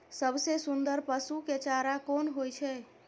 सबसे सुन्दर पसु के चारा कोन होय छै?